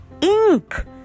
ink